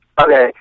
okay